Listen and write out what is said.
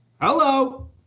Hello